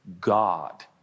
God